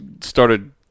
started